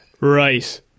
Right